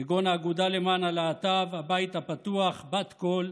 כגון האגודה למען הלהט"ב, הבית הפתוח, בת קול,